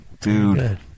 dude